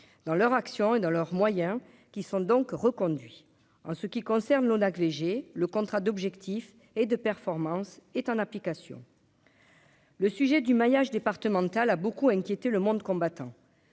dans leur action et dans leurs moyens, qui sont donc reconduit en ce qui concerne l'ONAC léger, le contrat d'objectifs et de performance est en application. Le sujet du maillage départemental a beaucoup inquiété le monde combattant,